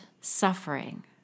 suffering